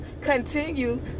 continue